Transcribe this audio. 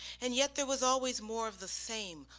and yet there was always more of the same,